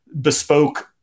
bespoke